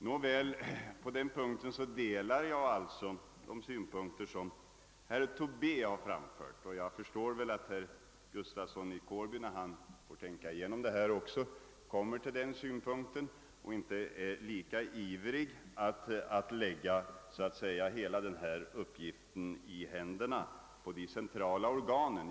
Nåväl, på den punkten delar jag alltså de synpunkter som herr Tobé framfört, och jag tror att herr Gustafsson i Kårby när han får tänka igenom detta också kommer till den slutsatsen att han då inte är lika ivrig att lägga hela denna uppgift i händerna på de centrala organen.